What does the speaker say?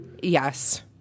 Yes